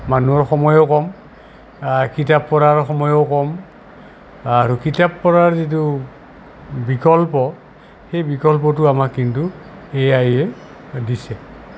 মানুহৰ সময়ো কম কিতাপ পঢ়াৰ সময়ো কম আৰু কিতাপ পঢ়াৰ যিটো বিকল্প সেই বিকল্পটো আমাক কিন্তু এ আয়ে দিছে